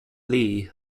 lee